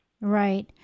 Right